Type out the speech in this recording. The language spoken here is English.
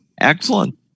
Excellent